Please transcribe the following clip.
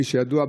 כפי שידוע,